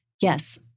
yes